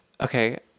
Okay